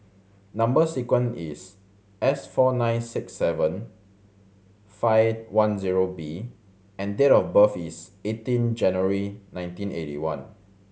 number sequence is S four nine six seven five one zero B and date of birth is eighteen January nineteen eighty one